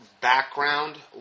background